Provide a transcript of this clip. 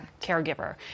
caregiver